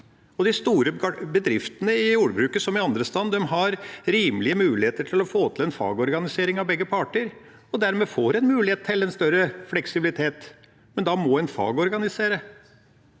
De store bedriftene i jordbruket – som andre – har rimelige muligheter til å få til en fagorganisering av begge parter og får dermed en mulighet til en større fleksibilitet, men da må en fagorganiseres.